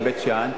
בבית-שאן,